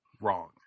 wrong